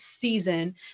season